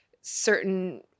certain –